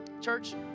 Church